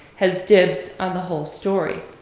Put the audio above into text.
has dibs on the whole story.